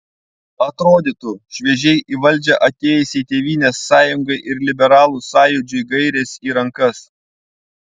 atrodytų šviežiai į valdžią atėjusiai tėvynės sąjungai ir liberalų sąjūdžiui gairės į rankas